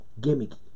Gimmicky